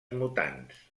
mutants